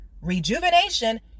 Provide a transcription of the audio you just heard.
Rejuvenation